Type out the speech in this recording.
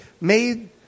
made